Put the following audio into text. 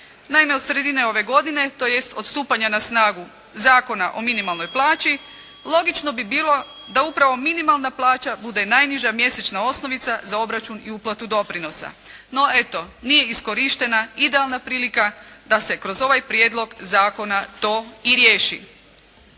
Naime, od sredine ove godine, tj. od stupanja na snagu Zakona o minimalnoj plaći, logično bi bilo da upravo minimalna plaća bude najniža mjesečna osnovica, za obračun i uplatu doprinosa. No, eto, nije iskorištena idealna prilika da se kroz ovaj prijedlog zakona to i riješi.